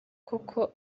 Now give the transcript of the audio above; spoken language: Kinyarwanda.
koko